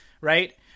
right